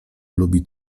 lubi